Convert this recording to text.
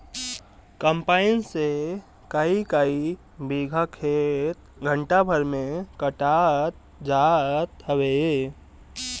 combine से कईकई बीघा खेत घंटा भर में कटात जात हवे